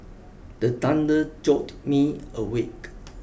the thunder jolt me awake